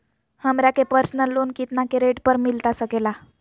हमरा के personal loan कितना के रेट पर मिलता सके ला?